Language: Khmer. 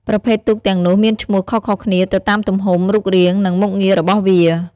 ប្រភេទទូកទាំងនោះមានឈ្មោះខុសៗគ្នាទៅតាមទំហំ រូបរាង និងមុខងាររបស់វា។